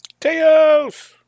Teos